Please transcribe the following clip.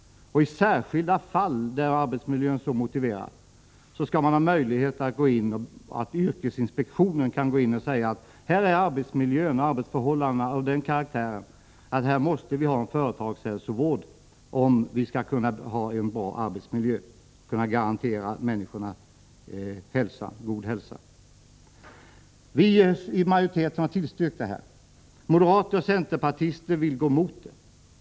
I särskilda fall där arbetsmiljön så motiverar skall det finnas möjlighet för yrkesinspektionsnämnden att gå in och säga: Här är arbetsmiljön och arbetsförhållandena av sådan karaktär att det måste finnas en företagshälsovård om vi skall kunna ha en bra arbetsmiljö och kunna garantera människorna god hälsa. Vi som tillhör majoriteten har tillstyrkt förslaget. Moderaterna och centerpartisterna går emot det.